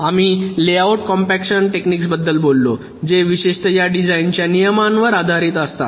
आम्ही layout compaction techniques बद्दल बोललो जे विशेषत या डिझाइनच्या नियमांवर आधारित असतात